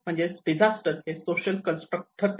म्हणजेच डिजास्टर हे social construct ठरते